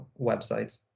websites